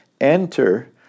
Enter